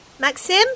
Maxim